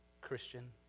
Christian